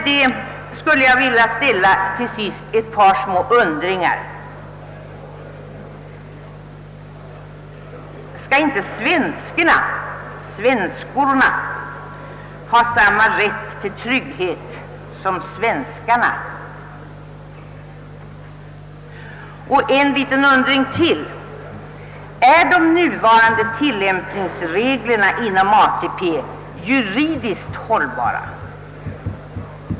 Därmed skulle jag till sist vilja göra en liten undring: Skall inte svenskorna ha samma rätt till trygghet som svenskarna? En liten undring till: Är de nuvarande tillämpningsreglerna inom ATP juridiskt hållbara?